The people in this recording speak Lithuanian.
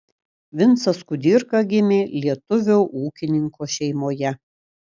vincas kudirka gimė lietuvio ūkininko šeimoje